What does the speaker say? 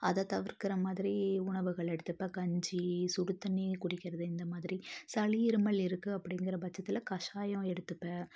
அத தவிர்க்கிற மாதிரி உணவுகள் எடுத்துப்பேன் கஞ்சி சுடுதண்ணி குடிக்கிறது இந்த மாதிரி சளி இருமல் இருக்குது அப்படிங்கிற பட்சத்தில் கசாயம் எடுத்துப்பேன்